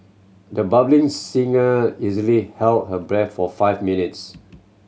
the singer easily held her breath for five minutes